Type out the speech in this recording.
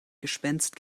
gespenst